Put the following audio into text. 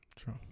True